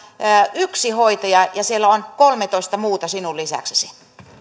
yksi hoitaja ja siellä on kolmetoista muuta sinun lisäksesi